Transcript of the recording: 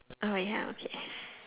oh my ya okay